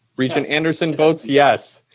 regent anderson votes yes.